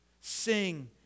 sing